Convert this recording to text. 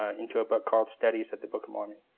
ah into a book called, studies of the book of mormon.